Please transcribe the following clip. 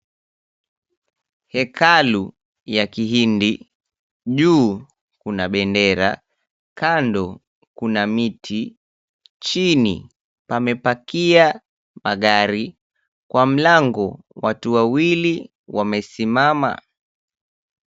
Hekalu ya kihindi. Juu kuna bendera, kando kuna miti, chini pamepakia magari, kwa mlango watu wawili wamesimama.